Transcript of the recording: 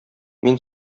мин